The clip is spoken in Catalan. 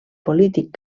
polític